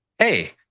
Hey